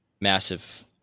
massive